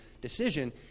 decision